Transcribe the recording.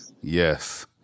Yes